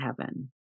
heaven